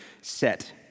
set